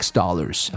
dollars